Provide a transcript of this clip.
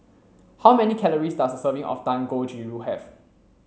how many calories does a serving of Dangojiru have